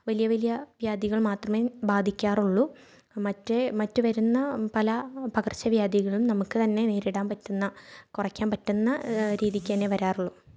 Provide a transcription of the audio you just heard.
വലിയ വലിയ വ്യാധികൾ മാത്രമേ ബാധിക്കാറുള്ളു മറ്റേ മറ്റു വരുന്ന പല പകർച്ചവ്യാധികളും നമുക്കു തന്നെ നേരിടാൻ പറ്റുന്ന കുറയ്ക്കാൻ പറ്റുന്ന രീതിയ്ക്ക് തന്നയെ വരാറുള്ളൂ